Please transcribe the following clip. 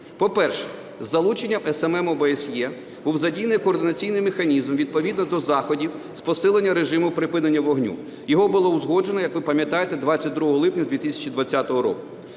По-перше, із залученням СММ ОБСЄ був задіяний координаційний механізм відповідно до заходів з посилення режиму припинення вогню. Його було узгоджено, як ви пам'ятаєте, 22 липня 2020 року.